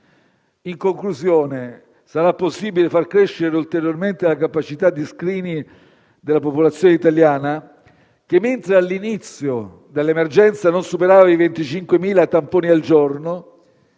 In conclusione, sarà possibile far crescere ulteriormente la capacità di *screening* della popolazione italiana, che, mentre all'inizio dell'emergenza non superava i 25.000 tamponi al giorno,